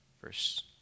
verse